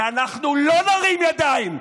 ואנחנו לא נרים ידיים,